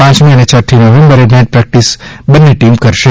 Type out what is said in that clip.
પાંચમી અને છઠ્ઠી નવેમ્બરે નેટ પ્રેકટીસ બંને ટીમ કરશે